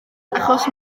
achos